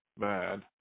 bad